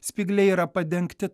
spygliai yra padengti